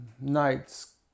nights